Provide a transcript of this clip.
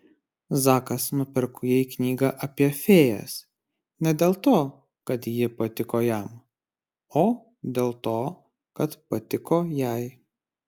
zakas nupirko jai knygą apie fėjas ne dėl to kad ji patiko jam o dėl to kad patiko jai